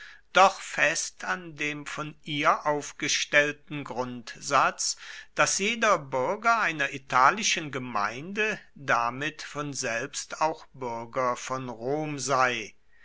doch fest an dem von ihr aufgestellten grundsatz daß jeder bürger einer italischen gemeinde damit von selbst auch bürger von rom sei